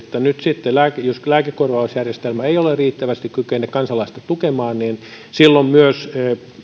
nyt sitten jos lääkekorvausjärjestelmä ei riittävästi kykene kansalaista tukemaan silloin myös